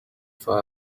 for